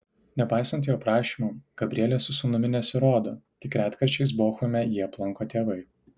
nepaisant jo prašymų gabrielė su sūnumi nesirodo tik retkarčiais bochume jį aplanko tėvai